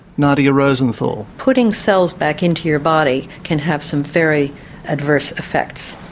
nadia rosenthal putting cells back into your body can have some very adverse effects.